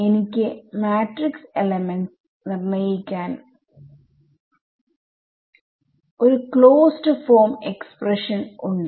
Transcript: എനിക്ക് matrix elements നിർണ്ണയിക്കാൻ ഒരു ക്ലോസ്ഡ് ഫോം എക്സ്പ്രഷൻ ഉണ്ട്